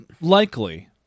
likely